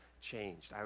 Changed